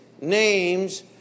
name's